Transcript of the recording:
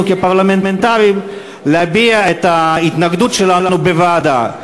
כפרלמנטרים להביע את ההתנגדות שלנו בוועדה.